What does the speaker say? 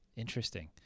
Interesting